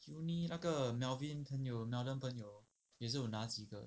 uni 那个 melvin 朋友 melborne 朋友也是有拿几个